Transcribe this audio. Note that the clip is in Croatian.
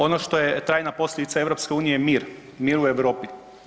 Ono što je trajna posljedica EU je mir, mir u Europi.